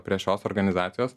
prie šios organizacijos